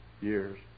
Years